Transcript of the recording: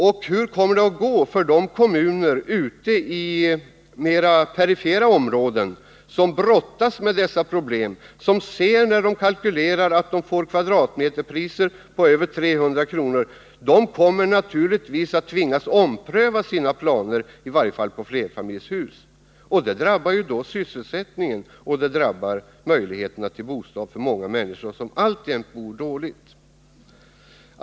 Och hur kommer det att gå för de kommuner ute i mer perifera områden som brottas med dessa problem, som när de kalkylerar får kvadratmeterpriser på över 300 kr.? De kommer naturligtvis att tvingas ompröva sina planer, i varje fall på flerfamiljshus. Det drabbar då sysselsättningen och det drabbar de människor som alltjämt bor dåligt och önskar en ny bostad.